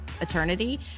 eternity